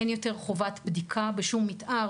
אין יותר חובת בדיקה בשום מתאר,